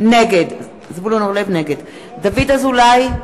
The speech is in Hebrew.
נגד דוד אזולאי,